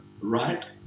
right